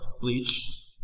bleach